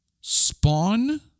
Spawn